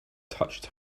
touched